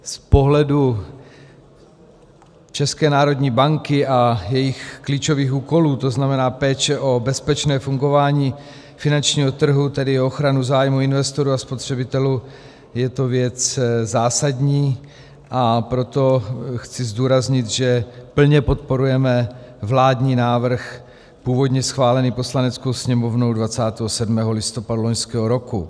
Z pohledu České národní banky a jejích klíčových úkolů, to znamená péče o bezpečné fungování finančního trhu, tedy i o ochranu zájmů investorů a spotřebitelů, je to věc zásadní, a proto chci zdůraznit, že plně podporujeme vládní návrh původně schválený Poslaneckou sněmovnou 27. listopadu loňského roku.